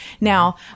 Now